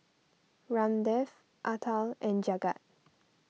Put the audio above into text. Ramdev Atal and Jagat